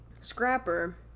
scrapper